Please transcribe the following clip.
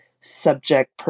subject